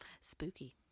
spooky